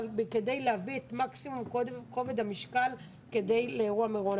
אבל כדי להביא את מקסימום כובד המשקל לאירוע מירון.